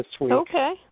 Okay